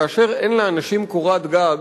כאשר אין לאנשים קורת גג,